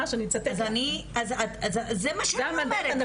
זה מה שאני אומרת.